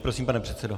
Prosím, pane předsedo.